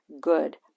good